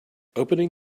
opening